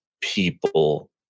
people